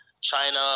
China